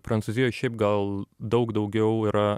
prancūzijoj šiaip gal daug daugiau yra